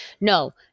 No